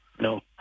No